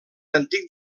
antic